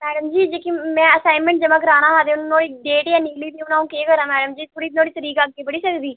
madam ji जेह्की में assignment जमा कराना हा ते नोआढ़ी डेट ऐ निकली गेदी हून में केह् करां मैडम जी थोह्ड़ी नुआढ़ी तरीक अग्गें बढ़ी सकदी